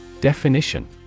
Definition